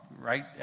right